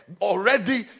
Already